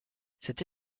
cette